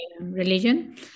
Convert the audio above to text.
religion